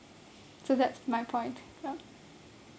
so that's my point yeah